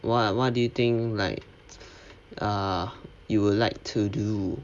wha~ what do you think like err you would like to do